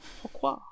pourquoi